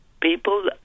people